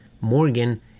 morgan